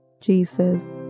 Jesus